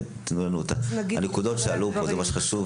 תנו לנו את הנקודות שעלו כי זה מה שחשוב.